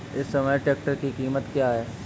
इस समय ट्रैक्टर की कीमत क्या है?